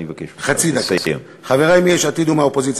בכולם היא הטילה דופי,